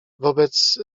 wobec